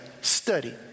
study